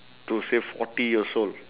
to say forty years old